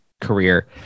career